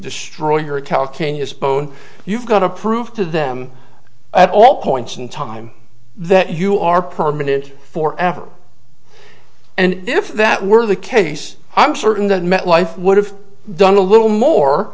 destroy your calkins bone you've got to prove to them at all points in time that you are permanent for avar and if that were the case i'm certain that metlife would have done a little more